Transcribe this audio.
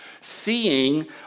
seeing